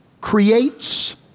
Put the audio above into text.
creates